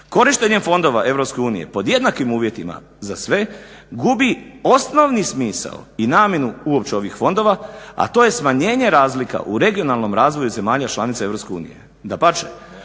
Korištenjem fondova EU pod jednakim uvjetima za sve gubi osnovni smisao i namjenu uopće ovih fondova, a to je smanjenje razlika u regionalnom razvoju zemalja članica EU. Dapače,